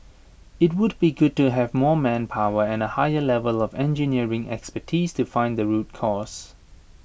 IT would be good to have more manpower and A higher level of engineering expertise to find the root cause